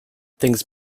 things